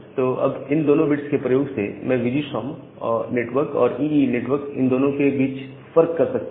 तो अब इन दोनों बिट्स के प्रयोग से मैं वीजीसॉम नेटवर्क और ईई नेटवर्क इन दोनों के बीच फर्क कर सकता हूं